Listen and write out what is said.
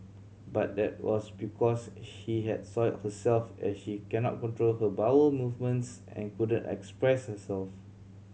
but that was because she had soiled herself as she cannot control her bowel movements and couldn't express herself